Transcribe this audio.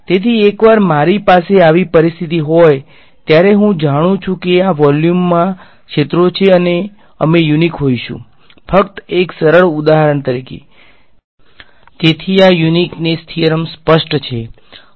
તેથી એકવાર મારી પાસે આવી પરિસ્થિતિ હોય ત્યારે હું જાણું છું કે આ વોલ્યુમમાં ક્ષેત્રો છે અમે યુનીક હોઈશું ફક્ત એક સરળ ઉદાહરણ તરીકે તેથી આ વિશિષ્ટતા થીયરમ સ્પષ્ટ છે